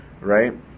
right